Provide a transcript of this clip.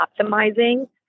optimizing